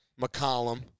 McCollum